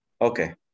okay